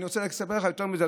אני רוצה רק לספר לך יותר מזה,